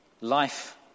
Life